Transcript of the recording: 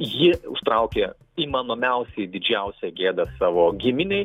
ji užtraukė įmanomiausiai didžiausią gėdą savo giminei